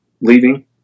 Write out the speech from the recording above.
leaving